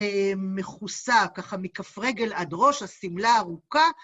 מכוסה, ככה מכף רגל עד ראש, השמלה ארוכה.